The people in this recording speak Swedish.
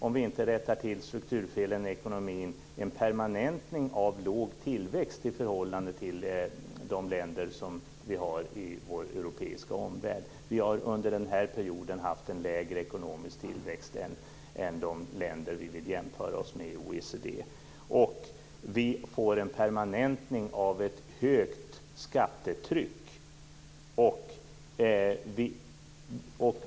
Om vi inte rättar till strukturfelen i ekonomin får vi vidare en permanentning av låg tillväxt i förhållande till de länder som vi har i vår europeiska omvärld. Under den här perioden har vi haft en lägre ekonomisk tillväxt än de länder vi vill jämföra oss med i Vi får en permanentning av ett högt skattetryck.